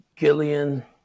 Gillian